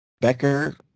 Becker